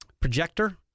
projector